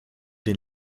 den